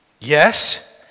Yes